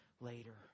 Later